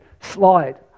slide